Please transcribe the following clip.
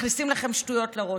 מכניסים לכם שטויות לראש.